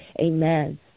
Amen